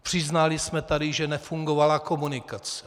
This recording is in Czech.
Přiznali jsme tady, že nefungovala komunikace.